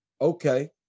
Okay